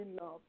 love